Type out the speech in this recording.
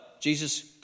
Jesus